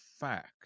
fact